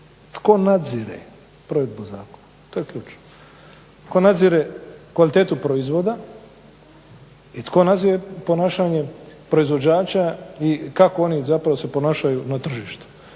tko nadzire provedbu zakona? To je ključno. Tko nadzire kvalitetu proizvoda i tko nadzire ponašanje proizvođača i kako oni zapravo se ponašaju na tržištu?